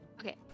Okay